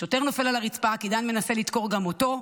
השוטר נופל על הרצפה כי דן מנסה לדקור גם אותו.